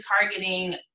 targeting